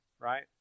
Right